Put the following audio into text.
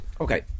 Okay